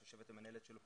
שיושבת פה המנהלת שלו,